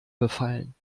befallen